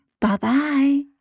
Bye-bye